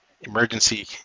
emergency